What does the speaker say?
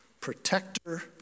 protector